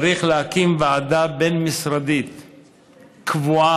צריך להקים ועדה בין-משרדית קבועה,